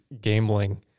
gambling